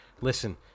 Listen